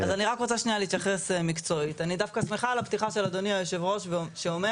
אני דווקא שמחה על הפתיחה של אדוני היושב ראש שאומר